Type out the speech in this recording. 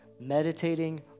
meditating